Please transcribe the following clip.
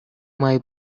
май